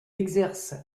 exerce